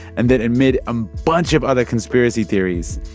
and then, amid a bunch of other conspiracy theories,